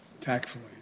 tactfully